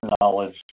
Knowledge